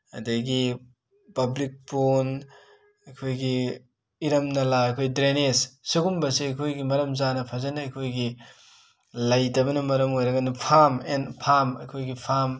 ꯑꯗꯒꯤ ꯄꯕ꯭ꯂꯤꯛ ꯄꯣꯟ ꯑꯩꯈꯣꯏꯒꯤ ꯏꯔꯝ ꯅꯥꯂꯥ ꯑꯩꯈꯣꯏ ꯗ꯭ꯔꯦꯅꯦꯖ ꯁꯤꯒꯨꯝꯕꯁꯦ ꯑꯩꯈꯣꯏꯒꯤ ꯃꯔꯝ ꯆꯥꯅ ꯐꯖꯅ ꯑꯩꯈꯣꯏꯒꯤ ꯂꯩꯇꯕꯅ ꯃꯔꯝ ꯑꯣꯏꯔꯒ ꯐꯥꯝ ꯑꯦꯟ ꯐꯥꯝ ꯑꯩꯈꯣꯏꯒꯤ ꯐꯥꯝ